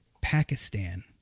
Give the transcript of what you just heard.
Pakistan